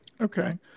Okay